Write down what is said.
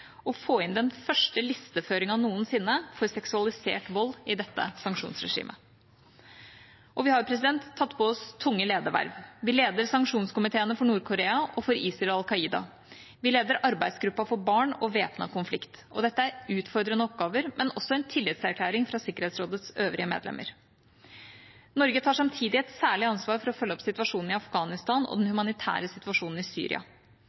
å få inn den første listeføringen noensinne for seksualisert vold i dette sanksjonsregimet. Og vi har tatt på oss tunge lederverv. Vi leder sanksjonskomiteene for Nord-Korea og for ISIL og Al Qaida, og vi leder arbeidsgruppen for barn og væpnet konflikt. Dette er utfordrende oppgaver, men også en tillitserklæring fra Sikkerhetsrådets øvrige medlemmer. Norge tar samtidig et særlig ansvar for å følge opp situasjonen i Afghanistan og den humanitære situasjonen i Syria.